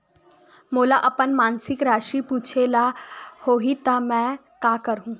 मोला अपन मासिक राशि पूछे ल होही त मैं का करहु?